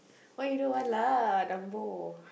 why you don't want lah dumbo